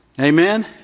Amen